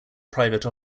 private